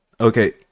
Okay